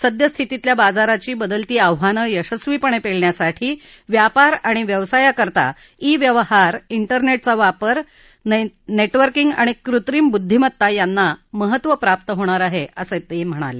सद्यस्थितीतल्या बाजाराची बदलती आव्हानं यशस्वीपणे पैलण्यासाठी व्यापार आणि व्यवसायासाठी ई व्यवहार तेरनेटचा वापर नेटवर्किंग आणि कृत्रिम बुद्धीमत्ता यांना महत्त्व प्राप्त होणार आहे असंही ते म्हणाले